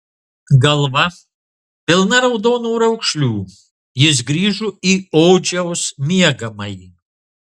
galva pilna raudonų raukšlių jis grįžo į odžiaus miegamąjį